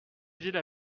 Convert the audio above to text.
ville